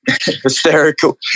hysterical